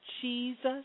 Jesus